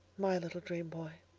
my little dream-boy.